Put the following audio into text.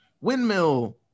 windmill